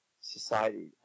society